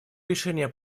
решения